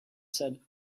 said